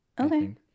okay